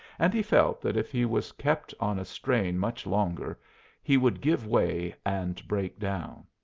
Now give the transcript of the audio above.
and he felt that if he was kept on a strain much longer he would give way and break down.